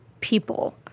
people